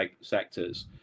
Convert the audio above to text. sectors